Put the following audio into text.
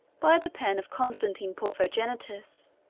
by the pen of constantine porphyrogenitus,